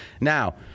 Now